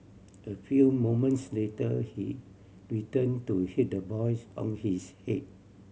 a few moments later he returned to hit the boys on his head